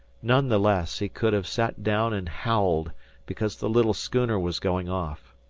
none the less, he could have sat down and howled because the little schooner was going off.